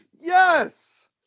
Yes